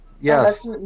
Yes